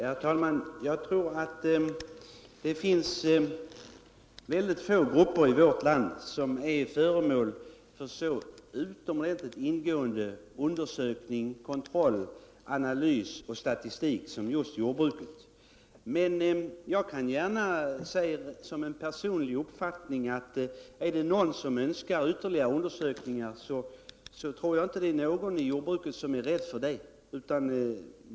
Herr talman! Jag tror att det finns ytterst få grupper i vårt land som är föremål för så utomordentligt ingående undersökningar, kontroller, analyser och statistik som just jordbrukarna. Personligen tror jag emellertid inte att någon inom jordbruket skulle vara rädd för ytterligare undersökningar, om det skulle bli fråga om det.